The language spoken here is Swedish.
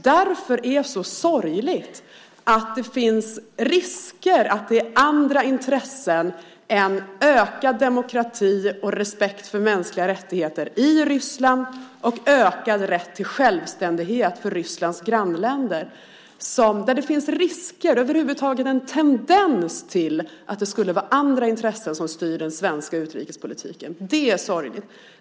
Därför är det sorgligt att det finns risker att det är andra intressen än ökad demokrati och respekt för mänskliga rättigheter i Ryssland och ökad rätt till självständighet i Rysslands grannländer som styr. Att det finns risker, över huvud taget en tendens till, att det skulle vara andra intressen som styr den svenska utrikespolitiken är sorgligt.